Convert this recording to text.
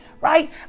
right